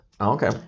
okay